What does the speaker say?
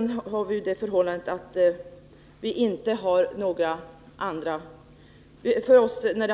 När